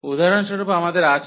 উদাহরণস্বরূপ আমাদের আছে